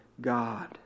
God